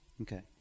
Okay